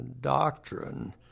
doctrine